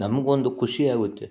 ನಮಗೊಂದು ಖುಷಿ ಆಗುತ್ತೆ